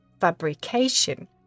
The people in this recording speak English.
fabrication